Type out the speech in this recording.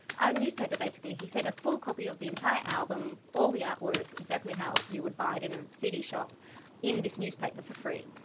a newspaper basically, he sent a full copy of the entire album, all the artwork, exactly how you would buy it in a cd shop in this newspaper for free.